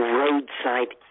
roadside